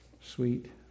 sweet